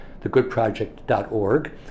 thegoodproject.org